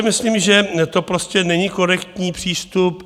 Myslím si, že to prostě není korektní přístup.